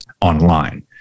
online